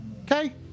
Okay